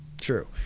True